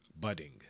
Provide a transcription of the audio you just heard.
Budding